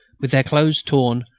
with their clothes torn,